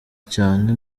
cyane